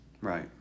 Right